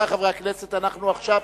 לא,